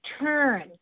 turn